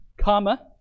comma